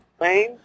Lane